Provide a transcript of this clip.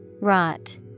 Rot